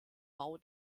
bau